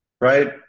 right